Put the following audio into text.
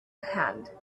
hand